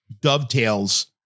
dovetails